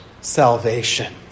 salvation